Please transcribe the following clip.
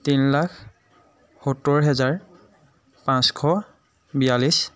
তিনি লাখ সত্তৰ হেজাৰ পাঁচশ বিয়াল্লিছ